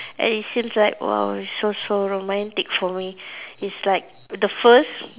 and it seems like !wow! so so romantic for me it's like the first